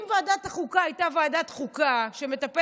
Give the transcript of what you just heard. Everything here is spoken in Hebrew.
אם ועדת החוקה הייתה ועדת חוקה שמטפלת